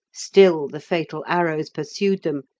still the fatal arrows pursued them,